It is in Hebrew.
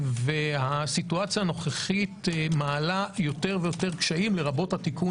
והמצב הנוכחי מעלה יותר ויותר קשיים לרבות התיקון